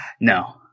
No